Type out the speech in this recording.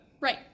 Right